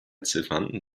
ziffern